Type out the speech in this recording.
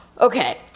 Okay